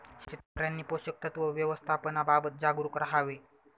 शेतकऱ्यांनी पोषक तत्व व्यवस्थापनाबाबत जागरूक राहावे